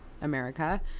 America